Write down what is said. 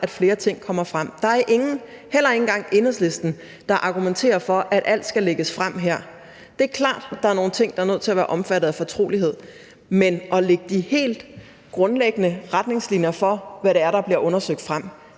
at flere ting kommer frem. Der er ingen, heller ikke engang Enhedslisten, der argumenterer for, at alt skal lægges frem her. Det er klart, at der er nogle ting, der er nødt til at være omfattet af fortrolighed, men at lægge de helt grundlæggende retningslinjer for, hvad der er, der bliver undersøgt, frem,